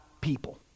people